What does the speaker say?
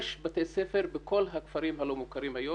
יש בתי ספר בכל הכפרים הלא מוכרים היום,